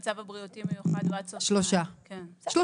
כי המצב הבריאותי -- אז בשלושה חודשים.